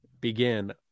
begin